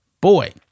Boy